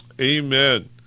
Amen